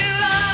love